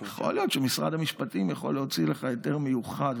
יכול להיות שמשרד המשפטים יכול להוציא לך היתר מיוחד,